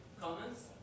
comments